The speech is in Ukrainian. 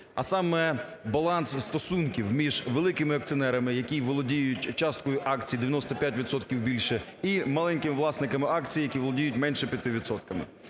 А саме баланс стосунків між великими акціонерами, які володіють часткою акцій у 95 відсотків і більше, і маленькими власниками акцій, які володіють менше 5